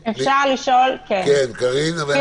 קארין, בבקשה.